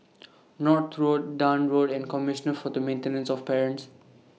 North Road Dahan Road and Commissioner For The Maintenance of Parents